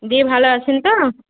দি ভালো আছেন তো